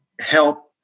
help